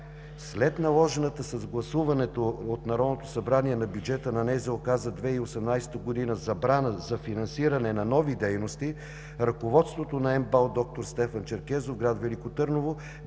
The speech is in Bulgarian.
След наложената с гласуването от Народното събрание на бюджета на НЗОК за 2018 г. забрана за финансиране на нови дейности ръководството на МБАЛ „Д-р Стефан Черкезов“, град Велико Търново,